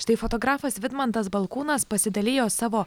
štai fotografas vidmantas balkūnas pasidalijo savo